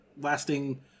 lasting